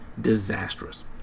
disastrous